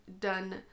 done